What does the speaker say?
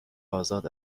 آزاد